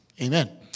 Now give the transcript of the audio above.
Amen